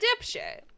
dipshit